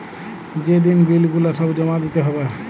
যে দিন বিল গুলা সব জমা দিতে হ্যবে